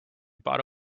bought